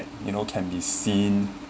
you know can be seen